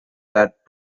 that